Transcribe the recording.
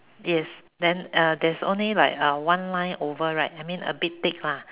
yes then uh there's only like uh one line over right I mean a bit thick lah